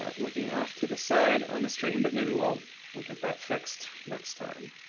ah looking off to the side on the stream, but maybe we'll we'll get that fixed next time.